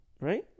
Right